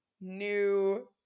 new